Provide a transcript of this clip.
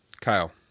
Kyle